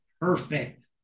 perfect